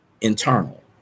internal